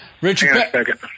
Richard